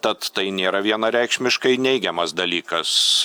tad tai nėra vienareikšmiškai neigiamas dalykas